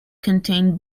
contained